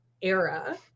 era